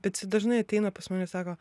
bet jisai dažnai ateina pas mane ir sako